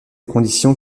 conditions